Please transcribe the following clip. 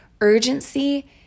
Urgency